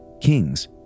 kings